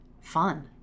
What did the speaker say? fun